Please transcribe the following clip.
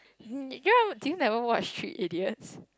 um d~ do you ever do you never watch three idiots